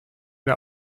der